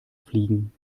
fliegen